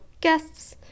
guests